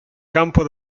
campo